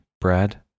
Brad